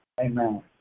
Amen